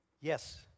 Yes